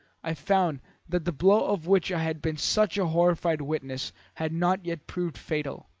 i found that the blow of which i had been such a horrified witness had not yet proved fatal.